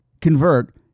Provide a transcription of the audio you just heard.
convert